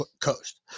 Coast